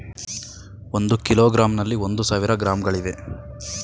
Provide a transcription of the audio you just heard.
ಒಂದು ಕಿಲೋಗ್ರಾಂನಲ್ಲಿ ಒಂದು ಸಾವಿರ ಗ್ರಾಂಗಳಿವೆ